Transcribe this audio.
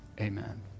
amen